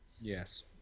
Yes